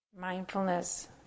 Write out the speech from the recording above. Mindfulness